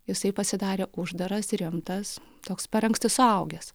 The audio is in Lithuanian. jisai pasidarė uždaras rimtas toks per anksti suaugęs